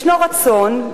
ישנו רצון,